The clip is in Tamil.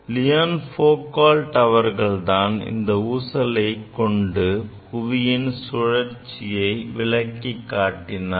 Leon Foucault அவர்கள்தான் இந்த ஊசலை கொண்டு புவியின் சுழற்சியை விளக்கிக் காட்டினார்